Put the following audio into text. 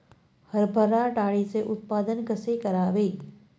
हरभरा डाळीचे उत्पादन कसे करावे?